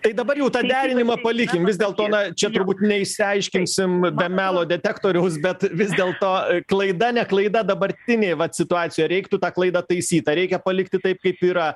tai dabar jau derinimą palikim vis dėlto na čia turbūt neišsiaiškinsim be melo detektoriaus bet vis dėlto klaida ne klaida dabartinė vat situacijoj ar reiktų tą klaidą taisyt ar reikia palikti taip kaip yra